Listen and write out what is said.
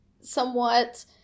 somewhat